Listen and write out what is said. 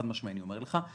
חד-משמעי אני אומר לך,